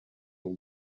all